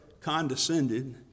condescended